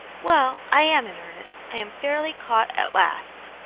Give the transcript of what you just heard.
well, i am in earnest i am fairly caught at last.